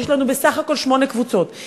יש לנו בסך הכול שמונה קבוצות.